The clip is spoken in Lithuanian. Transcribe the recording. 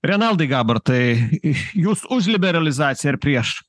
renaldai gabartai jūs už liberalizaciją ar prieš